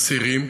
לאסירים.